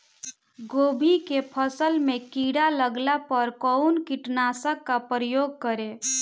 गोभी के फसल मे किड़ा लागला पर कउन कीटनाशक का प्रयोग करे?